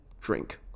drink